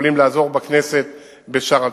יכולים לעזור בכנסת בשאר הדברים.